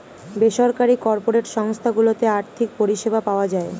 বেসরকারি কর্পোরেট সংস্থা গুলোতে আর্থিক পরিষেবা পাওয়া যায়